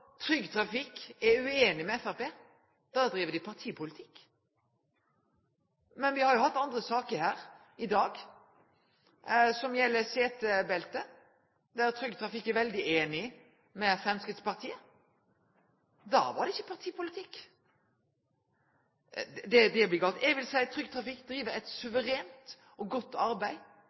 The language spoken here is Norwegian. Trygg Trafikk er ueinig med Framstegspartiet, driv dei partipolitikk. Men me har jo hatt ei sak her i dag, som gjeld setebelte, der Trygg Trafikk er veldig einig med Framstegspartiet. Da var det ikkje partipolitikk. Det blir feil. Eg vil seie at Trygg Trafikk driv eit suverent og godt arbeid,